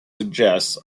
suggests